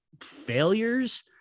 failures